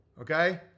okay